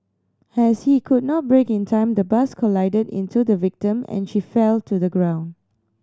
as he could not brake in time the bus collided into the victim and she fell to the ground